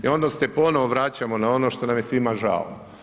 I onda se ponovo vraćamo na ono što nam je svima žao.